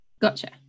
Gotcha